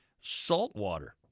saltwater